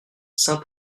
saint